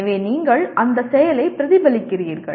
எனவே நீங்கள் அந்த செயலைப் பிரதிபலிக்கிறீர்கள்